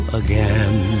again